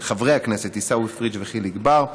של חברי הכנסת עיסאווי פריג' וחיליק בר.